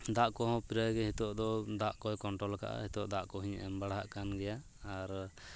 ᱫᱟᱜ ᱠᱚᱦᱚᱸ ᱯᱨᱟᱭᱜᱮ ᱦᱤᱛᱚᱜ ᱫᱚ ᱫᱟᱜ ᱠᱚᱭ ᱠᱚᱱᱴᱨᱳᱞ ᱟᱠᱟᱫᱼᱟ ᱦᱤᱛᱚᱜ ᱫᱟᱜ ᱠᱚ ᱦᱚᱧ ᱮᱢ ᱵᱟᱲᱟ ᱦᱟᱜ ᱠᱟᱱ ᱜᱮᱭᱟ ᱟᱨ